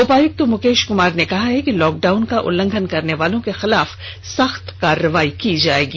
उपायुक्त मुकेश कमार ने कहा है कि लॉकडाउण का उल्लघंन करने वालों के खिलाफ सख्त कार्रवाई की जाएगी